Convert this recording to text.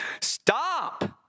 Stop